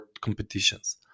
competitions